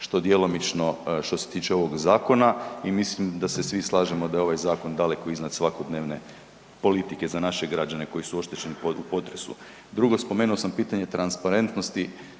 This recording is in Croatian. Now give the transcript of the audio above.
što djelomično što se tiče ovog zakona. I mislim da se svi slažemo da je ovaj zakon daleko iznad svakodnevne politike za naše građane koji su oštećeni u potresu. Drugo spomenuo sam pitanje transparentnosti,